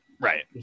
right